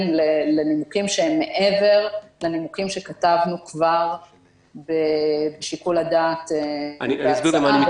לנימוקים שהם מעבר לנימוקים שכתבנו כבר בשיקול הדעת בהצעה.